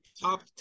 top